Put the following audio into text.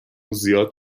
زیاد